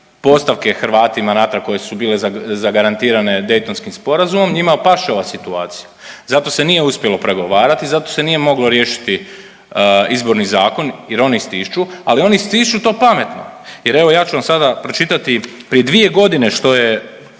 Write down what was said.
postavke Hrvatima natrag koje su bile zagarantirane Daytonskim sporazumom. Njima paše ova situacija zato se nije uspjelo pregovarati. Zato se nije moglo riješiti Izborni zakon jer oni stišću. Ali oni stišću to pametno. Jer evo ja ću vam sada pročitati prije dvije godine što Bakir